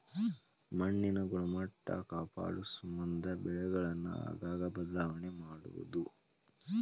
ಮಣ್ಣಿನ ಗುಣಮಟ್ಟಾ ಕಾಪಾಡುಸಮಂದ ಬೆಳೆಗಳನ್ನ ಆಗಾಗ ಬದಲಾವಣೆ ಮಾಡುದು